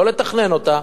לא לתכנן אותה,